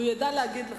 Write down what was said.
הוא ידע להגיד לך.